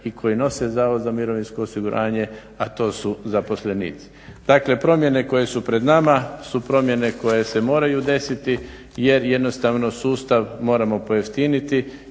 koji stvarno rade i koji nose HZMO, a to su zaposlenici. Dakle promjene koje su pred nama su promjene koje se moraju desiti jer jednostavno sustav moramo pojeftiniti